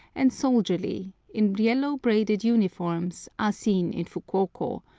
and soldierly, in yellow-braided uniforms, are seen in fukuoko,